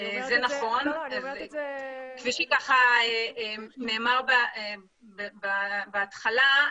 כפי שנאמר בהתחלה,